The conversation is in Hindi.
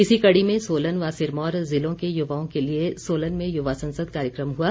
इसी कड़ी में सोलन व सिरमौर जिलों के युवाओं के लिए सोलन में युवा संसद कार्यक्रम हुआ